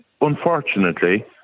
unfortunately